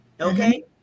okay